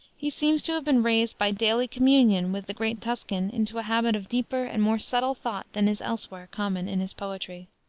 he seems to have been raised by daily communion with the great tuscan into a habit of deeper and more subtle thought than is elsewhere common in his poetry.